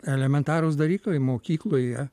elementarūs dalykai mokykloje